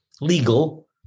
legal